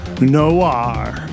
Noir